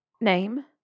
Name